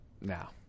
now